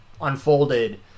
unfolded